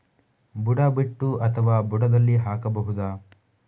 ಬುಡ ಬಿಟ್ಟು ಅಥವಾ ಬುಡದಲ್ಲಿ ಹಾಕಬಹುದಾ?